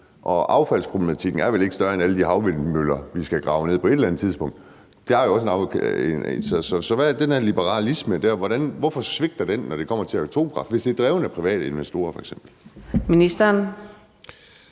og affaldsproblematikken er vel ikke meget større end alle de havvindmøller, vi skal grave ned på et eller andet tidspunkt. Så hvorfor svigte den her liberalisme, når det kommer til atomkraft, hvis det f.eks. er drevet af private investorer? Kl.